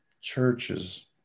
churches